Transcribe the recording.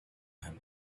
him